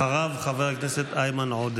אחריו, חבר הכנסת איימן עודה.